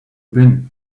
been